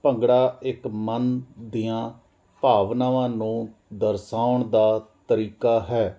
ਭੰਗੜਾ ਇੱਕ ਮਨ ਦੀਆਂ ਭਾਵਨਾਵਾਂ ਨੂੰ ਦਰਸਾਉਣ ਦਾ ਤਰੀਕਾ ਹੈ